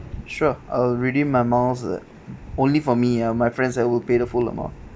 sure I will redeem my miles err only for me ah my friends I will pay the full amount